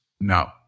No